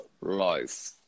life